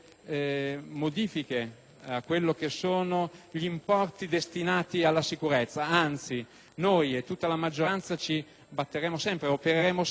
modifiche agli importi destinati alla sicurezza; anzi, noi e tutta la maggioranza ci batteremo ed opereremo sempre perché le